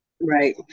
Right